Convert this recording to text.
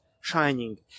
shining